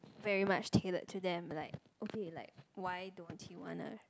very much tailored to them like okay like why don't you wanna